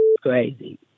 crazy